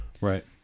Right